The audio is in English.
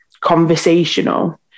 conversational